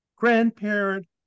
grandparent